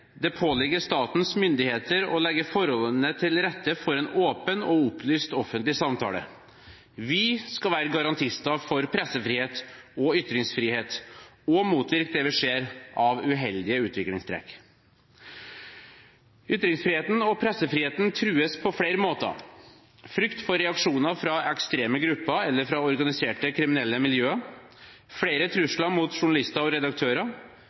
«Det påligger statens myndigheter å legge forholdene til rette for en åpen og opplyst offentlig samtale.» Vi skal være garantister for pressefrihet og ytringsfrihet og motvirke det vi ser av uheldige utviklingstrekk. Ytringsfriheten og pressefriheten trues på flere måter: gjennom frykt for reaksjoner fra ekstreme grupper eller fra organiserte kriminelle miljøer, flere trusler mot journalister og redaktører,